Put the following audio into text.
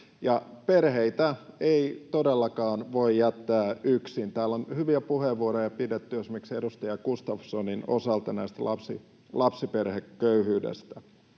Perheitä ei todellakaan voi jättää yksin — täällä on hyviä puheenvuoroja pidetty esimerkiksi edustaja Gustafssonin osalta lapsiperheköyhyydestä.